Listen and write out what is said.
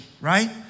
right